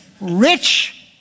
Rich